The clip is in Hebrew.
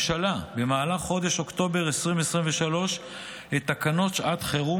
במהלך חודש אוקטובר 2023 התקינה הממשלה את תקנות שעת חירום